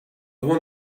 want